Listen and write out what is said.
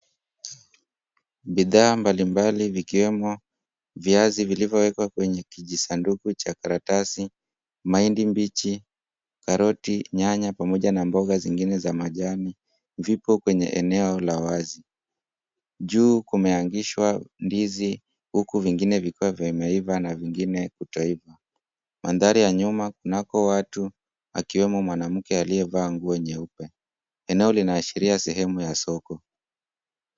Bidhaa mbalimbali vikiwemo viazi vilivyowekwa kwenye kijisanduku cha karatasi, mahindi mbichi, karoti, nyanya pamoja na mboga zingine za majani vipo kwenye eneo la wazi. Juu kumeangishwa ndizi huku vingine vikiwa vimeiva na vingine kutoiiva. Mandhari ya nyuma kunako watu akiwemo mwanamke aliyevaa nguo nyeupe. Eneo linaashiria sehemu ya soko.